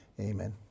Amen